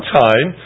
time